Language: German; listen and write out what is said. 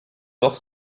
doch